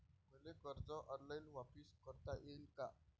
मले कर्ज ऑनलाईन वापिस करता येईन का?